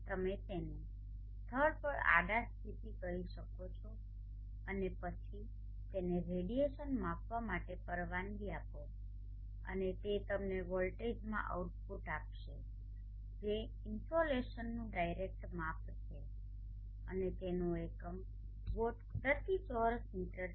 તમે તેને સ્થળ પર આડા સ્થિતિ કરી શકો છો અને પછી તેને રેડીયેશન માપવા માટે પરવાનગી આપો અને તે તમને વોલ્ટેજ માં આઉટપુટ આપશે જે ઇન્સોલેશનનુ ડાયરેક્ટ માપ છે અને તેનો એકમ વોટ પ્રતિ ચોરસ મીટર છે